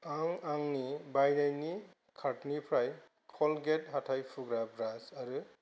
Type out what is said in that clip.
आं आंनि बायनायनि कार्टनिफ्राय क'लगेट हाथाय फुग्रा ब्रास आरो